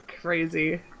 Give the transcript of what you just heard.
Crazy